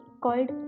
called